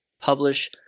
publish